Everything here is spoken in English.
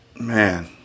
Man